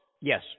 Yes